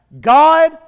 God